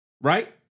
right